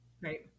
Right